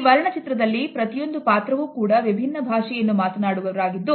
ಈ ವರ್ಣ ಚಿತ್ರದಲ್ಲಿ ಪ್ರತಿಯೊಂದು ಪಾತ್ರವು ಕೂಡ ವಿಭಿನ್ನ ಭಾಷೆಯನ್ನು ಮಾತನಾಡುವ ವರಾಗಿದ್ದು